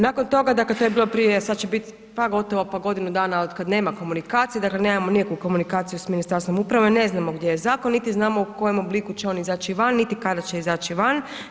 Nakon toga, dakle, to je bilo prije, sad će bit pa gotovo pa godinu dana otkad nema komunikacije, dakle, nemamo nikakvu komunikaciju sa Ministarstvom uprave, ne znamo gdje je zakon, niti znamo u kojem obliku će on izaći van, niti kada će izaći van.